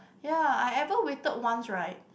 ya I ever waited once right